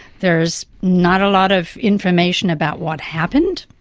there's not a lot of information about what happened.